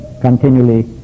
continually